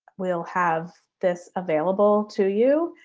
we'll have this available to you.